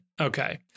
Okay